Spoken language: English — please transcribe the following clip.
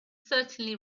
certainly